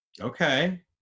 okay